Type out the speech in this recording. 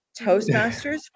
Toastmasters